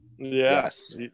Yes